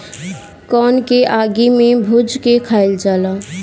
कोन के आगि में भुज के खाइल जाला